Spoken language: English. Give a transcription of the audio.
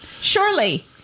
surely